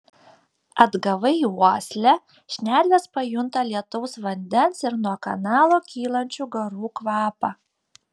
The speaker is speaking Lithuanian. atgavai uoslę šnervės pajunta lietaus vandens ir nuo kanalo kylančių garų kvapą